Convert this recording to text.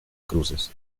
cruces